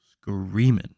screaming